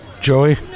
Joey